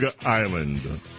Island